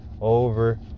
over